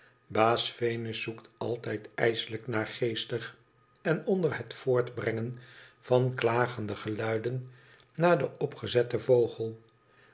baas venus zoekt altijd ijselijk naargeestig en onder het voortbrengen van klagende geluiden iiaar den opgezetten vogel